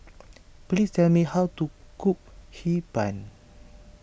please tell me how to cook Hee Pan